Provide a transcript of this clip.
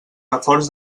reforç